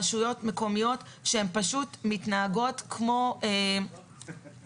רשויות מקומיות שהן פשוט מתנהגות כמו מאפיה.